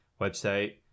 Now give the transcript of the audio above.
website